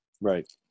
Right